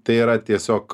tai yra tiesiog